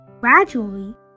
gradually